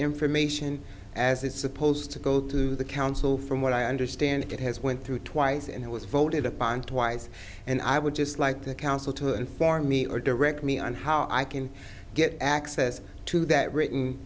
information as it's supposed to go to the council from what i understand it has went through twice and it was voted upon twice and i would just like the council to inform me or direct me on how i can get access to that written